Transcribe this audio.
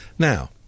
Now